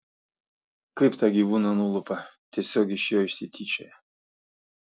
kaip tą gyvūną nulupa tiesiog iš jo išsityčioja